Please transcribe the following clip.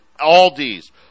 Aldi's